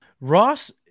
Ross